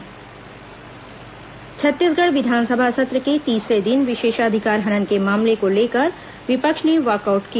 विधानसभा समाचार छत्तीसगढ़ विधानसभा सत्र के तीसरे दिन विशेषाधिकार हनन के मामले को लेकर विपक्ष ने वॉकआउट किया